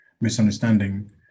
misunderstanding